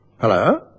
Hello